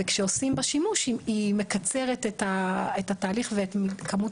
וכשעושים בה שימוש היא מקצרת את התהליך ואת כמות